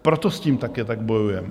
Proto s tím také tak bojujeme.